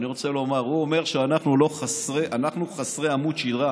אני רוצה לומר: הוא אומר שאנחנו חסרי עמוד שדרה,